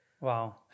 Wow